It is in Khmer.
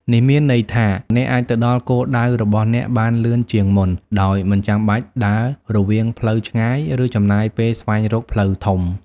នេះមានន័យថា អ្នកអាចទៅដល់គោលដៅរបស់អ្នកបានលឿនជាងមុន ដោយមិនចាំបាច់ដើរវាងផ្លូវឆ្ងាយ ឬចំណាយពេលស្វែងរកផ្លូវធំ។